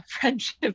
friendship